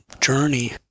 journey